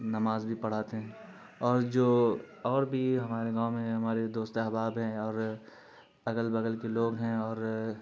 نماز بھی پڑھاتے ہیں اور جو اور بھی ہمارے گاؤں میں ہمارے دوست احباب ہیں اور اگل بغل کے لوگ ہیں اور